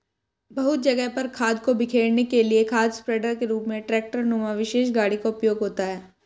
बहुत जगह पर खाद को बिखेरने के लिए खाद स्प्रेडर के रूप में ट्रेक्टर नुमा विशेष गाड़ी का उपयोग होता है